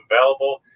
available